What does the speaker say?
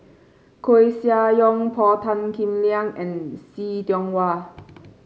Koeh Sia Yong Paul Tan Kim Liang and See Tiong Wah